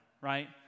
right